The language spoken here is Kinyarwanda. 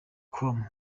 com